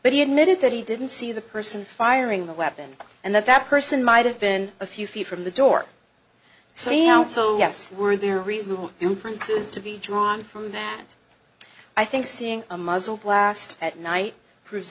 but he admitted that he didn't see the person firing the weapon and that that person might have been a few feet from the door see also were there reasonable inferences to be drawn from that i think seeing a muzzle blast at night proves